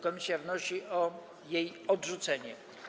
Komisja wnosi o jej odrzucenie.